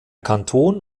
kanton